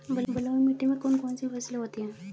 बलुई मिट्टी में कौन कौन सी फसलें होती हैं?